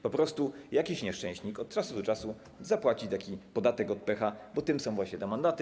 Po prostu jakiś nieszczęśnik od czasu do czasu zapłaci taki podatek od pecha, bo tym są właśnie te mandaty.